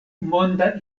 monda